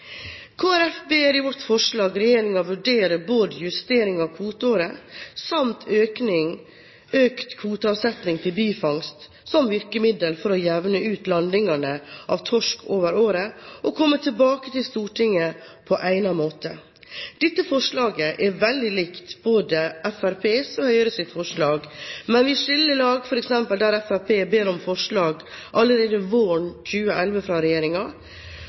ber i sitt forslag regjeringen vurdere både justering av kvoteåret samt økt kvoteavsetning til bifangst som virkemidler for å jevne ut landingene av torsk over året og komme tilbake til Stortinget på egnet måte. Dette forslaget er veldig likt både Fremskrittspartiets og Høyres forslag, men vi skiller lag f.eks. der Fremskrittspartiet ber om forslag fra regjeringen allerede våren 2011.